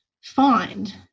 find